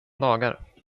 dagar